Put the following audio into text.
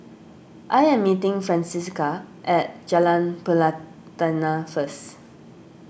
I am meeting Francina at Jalan Pelatina first